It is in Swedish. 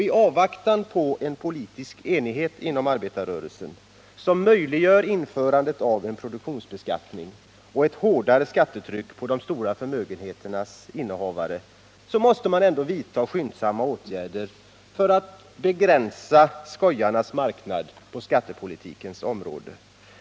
I avvaktan på en politisk enighet inom arbetarrörelsen som möjliggör införandet av en produktionsbeskattning och ett hårdare skattetryck på de stora förmögenheternas innehavare måste man vidta skyndsamma åtgärder för att begränsa skojarnas marknad på skattepolitikens område.